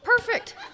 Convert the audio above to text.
perfect